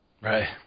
Right